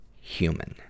human